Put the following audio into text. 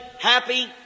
happy